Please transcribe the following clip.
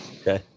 okay